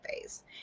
phase